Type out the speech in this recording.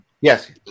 yes